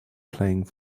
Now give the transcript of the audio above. playing